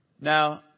Now